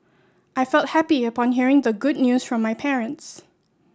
I felt happy upon hearing the good news from my parents